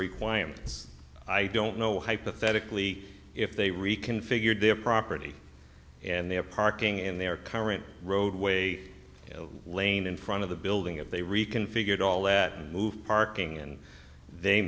requirements i don't know hypothetically if they reconfigured their property and their parking in their current roadway lane in front of the building if they reconfigured all that and move parking and they